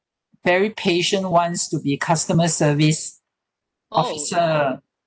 very patient ones to be a customer service officer